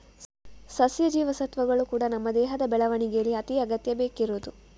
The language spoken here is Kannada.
ಸಸ್ಯ ಜೀವಸತ್ವಗಳು ಕೂಡಾ ನಮ್ಮ ದೇಹದ ಬೆಳವಣಿಗೇಲಿ ಅತಿ ಅಗತ್ಯ ಬೇಕಿರುದು